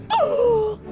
oh,